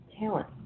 talent